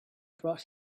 brought